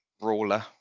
brawler